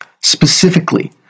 Specifically